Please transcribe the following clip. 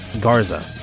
Garza